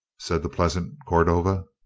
said the pleasant cordova.